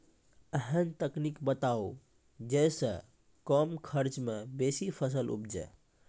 ऐहन तकनीक बताऊ जै सऽ कम खर्च मे बेसी फसल उपजे?